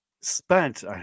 spent